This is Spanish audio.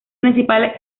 principal